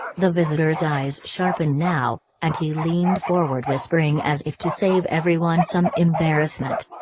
the visitor's eyes sharpened now, and he leaned forward whispering as if to save everyone some embarrassment.